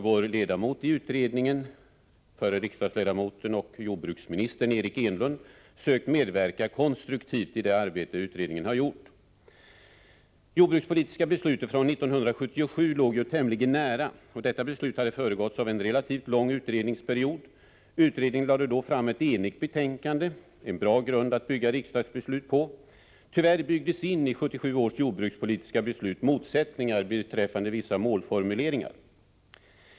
Vår ledamot i utredningen, förre riksdagsledamoten och jordbruksministern Eric Enlund, har dock sökt medverka konstruktivt i utredningsarbetet. Det jordbrukspolitiska beslutet från 1977 låg ju tämligen nära i tiden. Detta beslut hade föregåtts av en relativt lång utredningsperiod. Utredningen lade fram ett enigt betänkande — en bra grund att grunda riksdagsbeslut på. Tyvärr byggdes det i 1977 års jordbrukspolitiska beslut in motsättningar beträffande vissa målformuleringar.